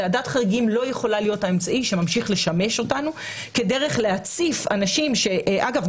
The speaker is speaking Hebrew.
וועדת חריגים לא יכולה להיות האמצעי שמשמש אותנו כדי להציף אנשים אגב,